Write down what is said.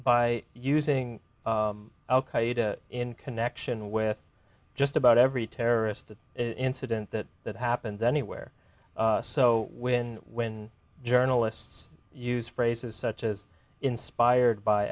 by using al qaeda in connection with just about every terrorist incident that that happens anywhere so when when journalists use phrases such as inspired by